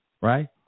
right